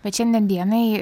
bet šiandien dienai